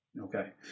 Okay